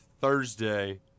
Thursday